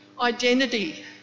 identity